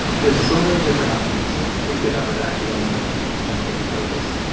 there's so many different options. so let's let's get out of that because i want to i want to get out of this.